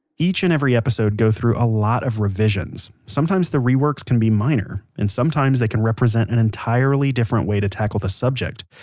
each and every episode goes through a lot of revisions. sometimes the reworks can be minor, and sometimes they can represent an entirely different way to tackle the subject.